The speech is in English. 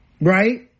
Right